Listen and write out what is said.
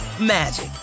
magic